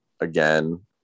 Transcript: again